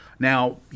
Now